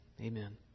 Amen